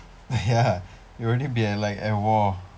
!aiya! we will already be in like a war